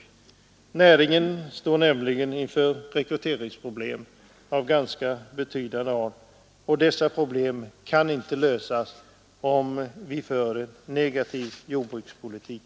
Näringen står nämligen inför rekryteringsproblem. Dessa kan inte lösas, om vi för en negativ jordbrukspolitik.